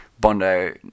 Bondo